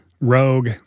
Rogue